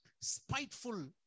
spiteful